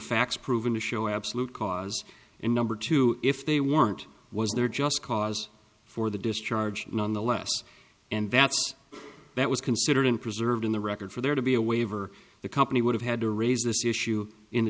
facts proven to show absolute cause and number two if they weren't was there just cause for the discharge nonetheless and that's that was considered an preserved in the record for there to be a waiver the company would have had to raise this issue in the